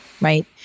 right